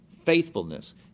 faithfulness